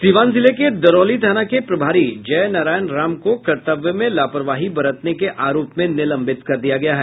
सीवान जिले के दरौली थाना के प्रभारी जय नारायण राम को कर्तव्य में लापरवाही बरतने के आरोप में निलंबित कर दिया गया है